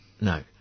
No